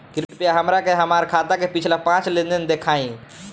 कृपया हमरा के हमार खाता के पिछला पांच लेनदेन देखाईं